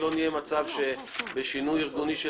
שלא נהיה במצב שבשינוי ארגוני של